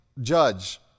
judge